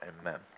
Amen